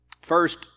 First